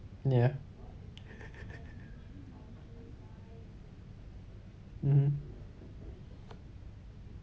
ya mmhmm